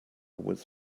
was